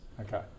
Okay